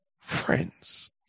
friends